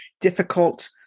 difficult